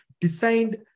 designed